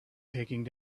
taking